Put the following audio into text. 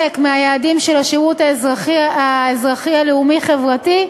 מהיעדים של השירות האזרחי-לאומי החברתי,